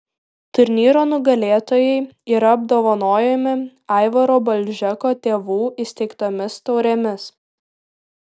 turnyro nugalėtojai yra apdovanojami aivaro balžeko tėvų įsteigtomis taurėmis